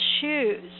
shoes